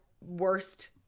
worst